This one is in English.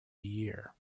year